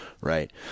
Right